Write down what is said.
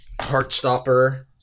Heartstopper